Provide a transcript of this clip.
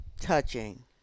touching